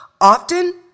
often